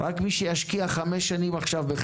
רק מי שישקיע עכשיו חמש שנים בחינוך,